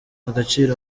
agaciro